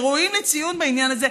שראויים לציון בעניין הזה,